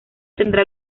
tendrá